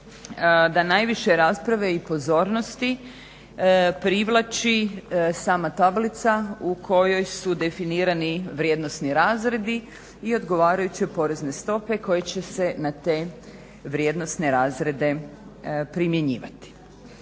da najviše rasprave i pozornosti privlači sama tablica u kojoj su definirani vrijednosni razredi i odgovarajuće porezne stope koje će se na te vrijednosne razrede primjenjivati.